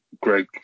Greg